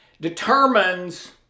determines